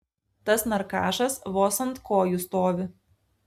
tas narkašas vos ant kojų stovi